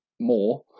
more